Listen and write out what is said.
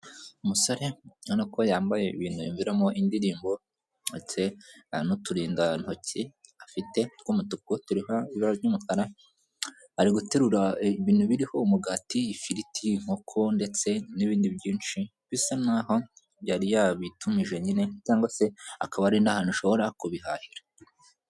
Umusore ubona ko yambaye ibintu binyuramo indirimbo ndetse n'uturindantoki, afite tw'umutuku turiho ibara ry'umukara, ari guterura ibintu biriho umugati, ifiriti , inkoko ndetse n'ibindi byinshi, bisa nkaho yari yabitumije nyine cyangwa se akaba ari n'ahantu ashobora kubihahira.